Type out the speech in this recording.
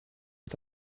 est